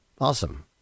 Awesome